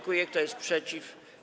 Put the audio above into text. Kto jest przeciw?